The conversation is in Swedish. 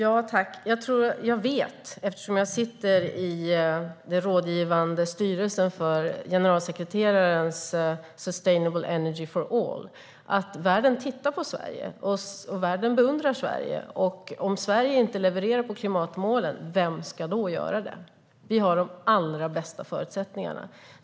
Herr talman! Eftersom jag sitter i den rådgivande styrelsen för generalsekreterarens initiativ Sustainable energy for all vet jag att världen tittar på Sverige. Världen beundrar Sverige. Om inte Sverige levererar när det gäller klimatmålen, vem ska då göra det? Vi har de allra bästa förutsättningarna.